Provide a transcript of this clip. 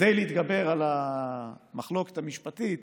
כדי להתגבר על המחלוקת המשפטית